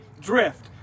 drift